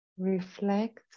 Reflect